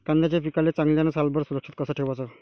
कांद्याच्या पिकाले चांगल्यानं सालभर सुरक्षित कस ठेवाचं?